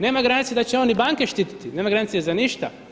Nema garancije da će on ni banke štiti, nema granice za ništa.